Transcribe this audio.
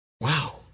wow